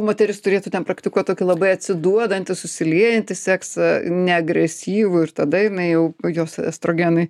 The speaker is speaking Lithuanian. moteris turėtų ten praktikuot tokį labai atsiduodantį susiliejantį seksą neagresyvų ir tada jinai jau jos estrogenai